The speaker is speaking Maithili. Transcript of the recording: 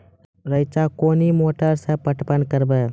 रेचा कोनी मोटर सऽ पटवन करव?